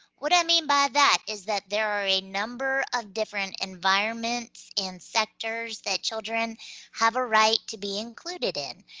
what i mean by that is that there are a number of different environments and sectors that children have a right to be included in.